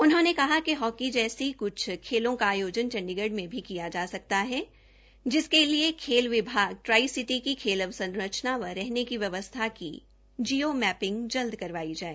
उन्होंने कहा कि हॉकी जैसी क्छ खेलो का आयोजन चण्डीगढ़ में भी किया जा सकता है जिसके लिए खेल विभाग ट्राई सिटी के खेल इंफ्रास्टक्चर व रहने की व्यवस्था की जियो मैपिंग जल्द करवाई जाए